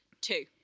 two